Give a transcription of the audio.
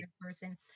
person